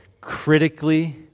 critically